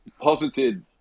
posited